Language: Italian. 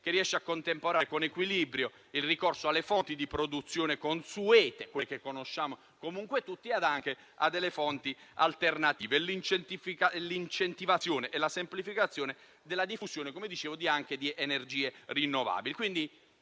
esame riesca a contemperare con equilibrio il ricorso alle fonti di produzione consuete, quelle che conosciamo tutti, con il ricorso a fonti alternative e con l'incentivazione e la semplificazione della diffusione di energie rinnovabili.